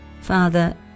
Father